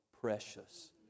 precious